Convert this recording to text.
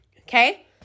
Okay